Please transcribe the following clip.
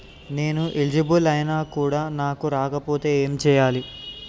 నేను ఎలిజిబుల్ ఐనా కూడా నాకు రాకపోతే ఏం చేయాలి?